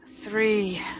three